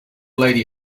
lady